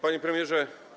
Panie Premierze!